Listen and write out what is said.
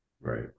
Right